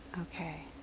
Okay